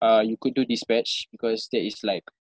uh you could do despatch because that is like